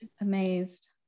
amazed